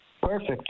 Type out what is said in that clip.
Perfect